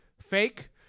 Fake